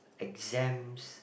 exams